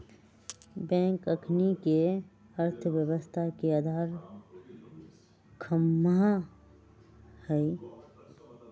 bank अखनिके अर्थव्यवस्था के अधार ख़म्हा हइ